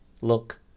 Look